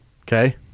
Okay